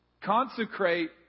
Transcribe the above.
Consecrate